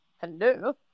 Hello